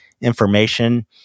information